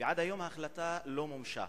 ועד היום ההחלטה לא מומשה.